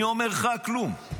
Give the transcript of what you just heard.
אני אומר לך: כלום.